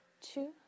Two